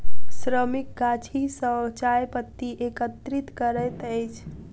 श्रमिक गाछी सॅ चाय पत्ती एकत्रित करैत अछि